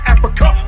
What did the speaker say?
Africa